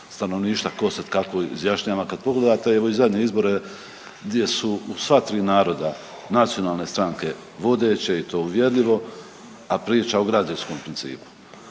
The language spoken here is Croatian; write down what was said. stanovništva ko se kako izjašnjava, kad pogledate evo i zadnje izbore gdje su u sva tri naroda nacionalne stranke vodeće i to uvjerljivo, a priča o građanskom principu,